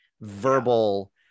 verbal